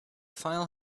file